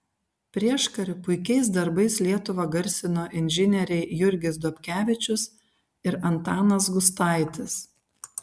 prieškariu puikiais darbais lietuvą garsino inžinieriai jurgis dobkevičius ir antanas gustaitis